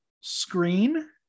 screen